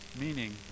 Meaning